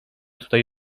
tutaj